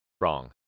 Wrong